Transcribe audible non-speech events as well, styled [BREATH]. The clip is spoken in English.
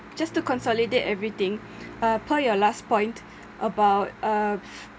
just to consolidate everything [BREATH] uh per your last point about uh